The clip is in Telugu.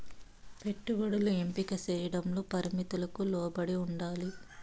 పెట్టుబడులు ఎంపిక చేయడంలో పరిమితులకు లోబడి ఉండాలి